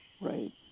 Right